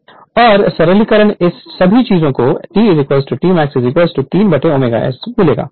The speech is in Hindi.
Refer Slide Time 2501 और सरलीकृत इन सभी चीजों को T T max 3ω S मिलेगा